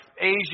Asia